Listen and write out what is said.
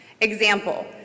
Example